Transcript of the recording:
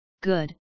good